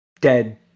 dead